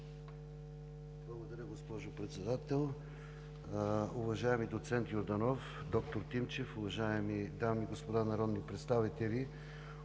Благодаря, госпожо Председател. Уважаеми доцент Йорданов, доктор Тимчев, уважаеми дами и господа народни представители!